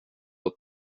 upp